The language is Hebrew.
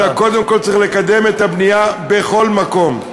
אלא קודם כול צריך לקדם את הבנייה בכל מקום.